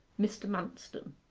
mr. manston